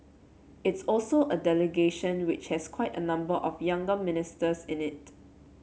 it's also a delegation which has quite a number of younger ministers in it